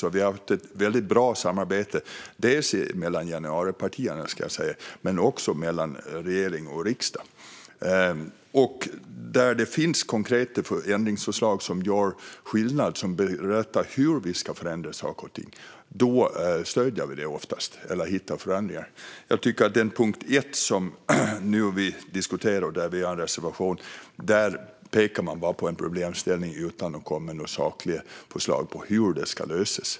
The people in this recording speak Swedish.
Det har varit ett väldigt bra samarbete dels mellan januaripartierna, dels mellan regering och riksdag. När det finns konkreta ändringsförslag som gör skillnad och som berättar hur vi ska förändra saker och ting stöder vi dem oftast eller hittar förändringar. När det gäller punkt 1, som vi nu diskuterar och där vi har en reservation, tycker jag att man bara pekar på en problemställning utan att komma med några sakliga förslag på hur det ska lösas.